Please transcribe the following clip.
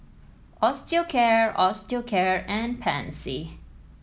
Osteocare Osteocare and Pansy